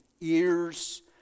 ears